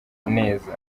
neza